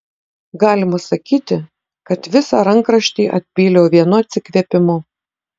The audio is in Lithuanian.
galima sakyti kad visą rankraštį atpyliau vienu atsikvėpimu